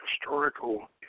historical